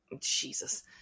Jesus